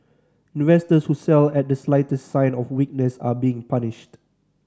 investors who sell at the slightest sign of weakness are being punished